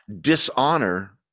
dishonor